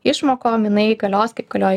išmokom jinai galios kaip galiojo